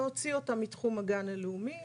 להוציא אותם מתחום הגן הלאומי,